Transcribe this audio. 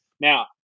Now